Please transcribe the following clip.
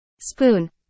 spoon